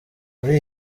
muri